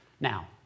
Now